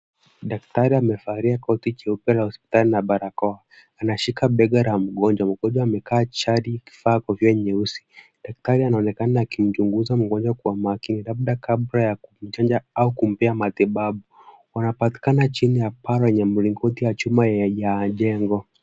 Daktari amevalia koti jeupe la hospitali na barakoa. Anashika bega la mgonjwa. Mgonjwa amekaa chali akivaa kofia nyeusi. Daktari anaonekana akimchunguza mgonjwa kwa makini labda kabla ya kumchanja au kumpea matibabu. Wanapatikana chini ya paa yenye mlingoti ya chuma ya jengo.